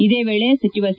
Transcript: ಇದೇ ವೇಳಿ ಸಚಿವ ಸಿ